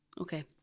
Okay